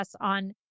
on